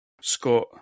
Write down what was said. Scott